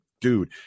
dude